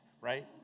right